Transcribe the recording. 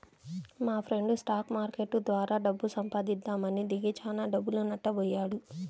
మాఫ్రెండు stock market ద్వారా డబ్బు సంపాదిద్దామని దిగి చానా డబ్బులు నట్టబొయ్యాడు